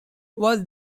was